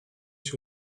się